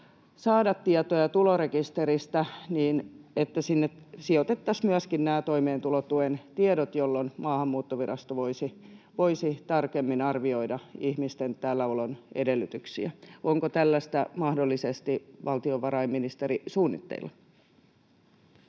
saada tietoja tulorekisteristä niin, että sinne sijoitettaisiin myöskin nämä toimeentulotuen tiedot, jolloin Maahanmuuttovirasto voisi tarkemmin arvioida ihmisten täälläolon edellytyksiä. Onko tällaista, valtiovarainministeri,